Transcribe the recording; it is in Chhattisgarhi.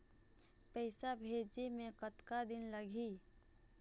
पैसा भेजे मे कतका दिन लगही?